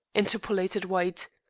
interpolated white.